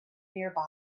nearby